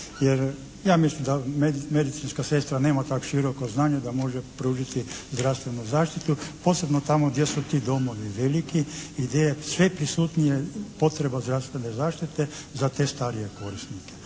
jer ja mislim da medicinska sestra nema tako široko znanje da može pružiti zdravstvenu zaštitu, posebno tamo gdje su ti domovi veliki i gdje je sve prisutnija potreba zdravstvene zaštite za te starije korisnike.